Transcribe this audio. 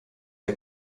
der